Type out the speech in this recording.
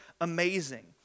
amazing